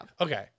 okay